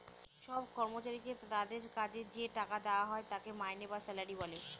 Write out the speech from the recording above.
সব কর্মচারীকে তাদের কাজের যে টাকা দেওয়া হয় তাকে মাইনে বা স্যালারি বলে